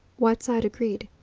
whiteside agreed.